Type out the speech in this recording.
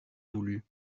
voulu